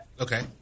Okay